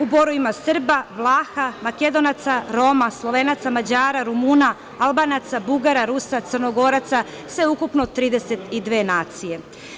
U Boru ima Srba, Vlaha, Makedonaca, Roma, Slovenaca, Mađara, Rumuna, Albanaca, Bugara, Rusa, Crnogoraca, sveukupno 32 nacije.